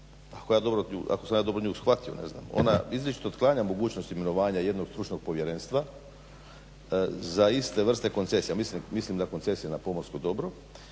ako sam ja nju dobro shvatio, ne znam. Ona izričito otklanja mogućnost imenovanja jednog stručnog povjerenstva za iste vrste koncesija. Mislim na koncesije na pomorsko dobro,